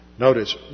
Notice